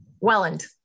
Welland